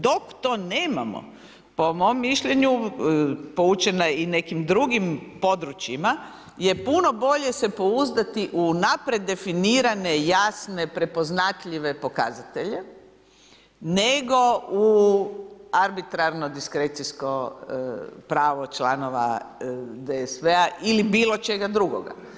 Dok to nemamo, po mom mišljenju, poučena i nekim drugim područjima, je puno bolje se pouzdati u unaprijed definirane, jasne, prepoznatljive pokazatelje, nego u arbitrarno-diskrecijsko pravo članova DSV-a ili bilo čega drugoga.